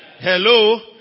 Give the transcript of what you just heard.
Hello